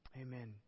Amen